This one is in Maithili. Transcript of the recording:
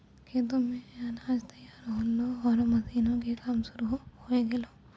खेतो मॅ अनाज तैयार होल्हों आरो मशीन के काम शुरू होय गेलै